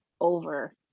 over